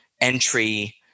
entry